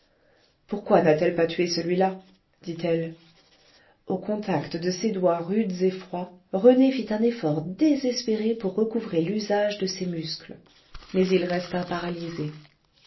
pourquoi n'a-t-elle pas tué celui-là dit-elle au contact de ces doigts rudes et froids rené fit un effort désespéré pour recouvrer l'usage de ses muscles mais il resta paralysé